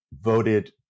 voted